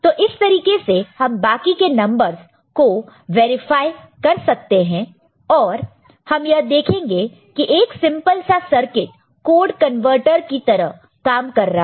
तो इस तरीके से हम बाकी के नंबरस को वेरीफाई कर सकते है और हम यह देखेंगे कि एक सिंपल सा सर्किट कोड कन्वर्टर की तरह काम कर कर रहा है